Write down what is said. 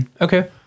okay